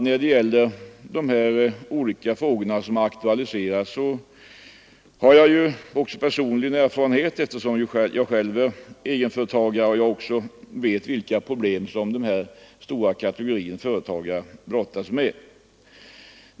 När det gäller de olika frågor på området som aktualiserats har jag också personlig erfarenhet, eftersom jag är egenföretagare och vet vilka problem som den här stora kategorin företagare brottas med.